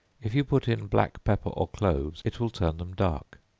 if you put in black pepper or cloves, it will turn them dark.